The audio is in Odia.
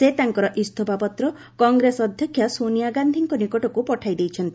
ସେ ତାଙ୍କର ଇସଫା ପତ୍ର କଂଗ୍ରେସ ଅଧ୍ୟକ୍ଷା ସୋନିଆ ଗାନ୍ଧିଙ୍କ ନିକଟକୁ ପଠାଇ ଦେଇଛନ୍ତି